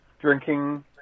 drinking